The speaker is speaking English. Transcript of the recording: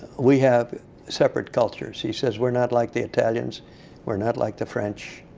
we have separate cultures. he says, we're not like the italians we're not like the french.